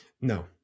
No